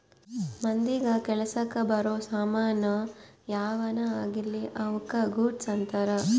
ಮಂದಿಗ ಕೆಲಸಕ್ ಬರೋ ಸಾಮನ್ ಯಾವನ ಆಗಿರ್ಲಿ ಅವುಕ ಗೂಡ್ಸ್ ಅಂತಾರ